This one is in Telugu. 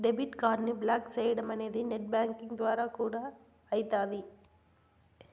డెబిట్ కార్డుని బ్లాకు చేయడమనేది నెట్ బ్యాంకింగ్ ద్వారా కూడా అయితాది